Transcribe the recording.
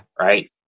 Right